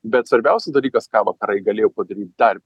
bet svarbiausias dalykas ką vakarai galėjo padaryt dar